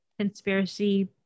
conspiracy